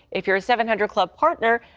if you're a seven hundred club partner,